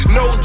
no